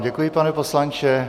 Děkuji vám, pane poslanče.